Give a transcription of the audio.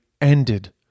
ended